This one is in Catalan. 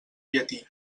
llatí